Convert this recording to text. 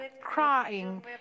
crying